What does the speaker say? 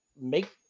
make